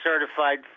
certified